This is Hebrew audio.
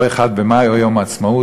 או 1 במאי או יום העצמאות,